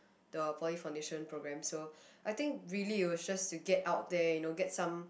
the poly foundation program so I think really it was just to get out there you know get some